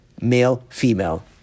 male-female